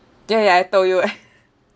ya ya I told you eh